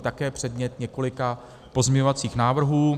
Také předmět několika pozměňovacích návrhů.